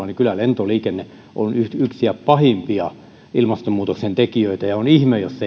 niin kyllä lentoliikenne on yksi pahimpia ilmastonmuutoksen tekijöitä ja on ihme jos